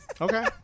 Okay